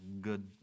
good